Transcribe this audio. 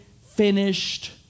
finished